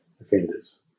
offenders